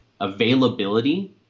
availability